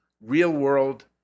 real-world